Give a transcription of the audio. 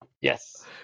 Yes